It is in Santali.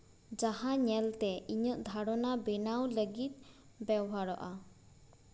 ᱡᱟᱦᱟᱸ ᱧᱮᱞ ᱛᱮ ᱤᱧᱟᱹᱜ ᱫᱷᱟᱨᱚᱱᱟ ᱵᱱᱟᱣ ᱞᱟᱹᱜᱤᱫ ᱵᱮᱣᱦᱟᱨᱚᱜᱼᱟ